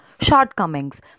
shortcomings